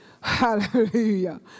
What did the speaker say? Hallelujah